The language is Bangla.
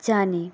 জানি